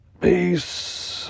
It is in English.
Peace